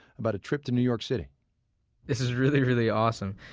about a trip to new york city this is really, really awesome.